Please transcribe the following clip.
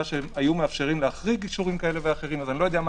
שהיו מאפשרים להחריג אישורים כאלה ואחרים לא יודע מה